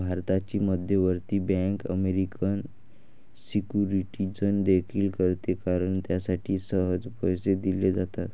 भारताची मध्यवर्ती bank American securities खरेदी करते कारण त्यासाठी सहज पैसे दिले जातात